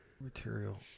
Material